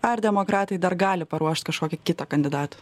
ar demokratai dar gali paruošt kažkokį kitą kandidatą